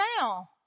now